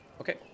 Okay